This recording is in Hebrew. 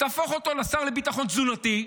תהפוך אותו לשר לביטחון תזונתי,